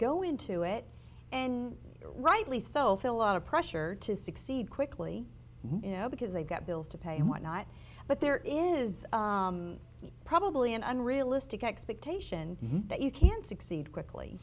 go into it and rightly so feel lot of pressure to succeed quickly because they've got bills to pay and whatnot but there is probably an unrealistic expectation that you can succeed quickly